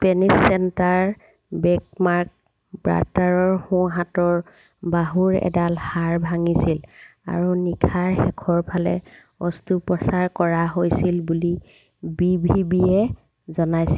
Spanish centre back Marc Bartra সোঁ হাতৰ বাহুৰ এডাল হাড় ভাঙিছিল আৰু নিশাৰ শেষৰফালে অস্ত্ৰোপচাৰ কৰা হৈছিল বুলি বি ভি বি য়ে জনাইছিল